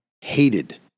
hated